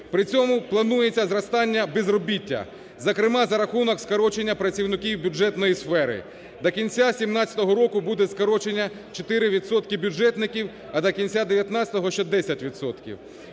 При цьому планується зростання безробіття, зокрема за рахунок скорочення працівників бюджетної сфери. До кінця 2017 року буде скорочення 4 відсотки бюджетників, а до кінця 19-го – ще 10